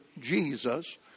Jesus